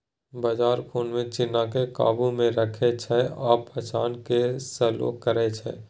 बजरा खुन मे चीन्नीकेँ काबू मे रखै छै आ पाचन केँ स्लो करय छै